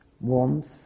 warmth